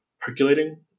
percolating